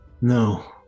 No